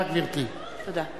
גברתי, בבקשה.